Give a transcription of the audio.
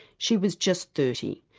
she was just thirty.